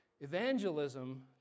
evangelism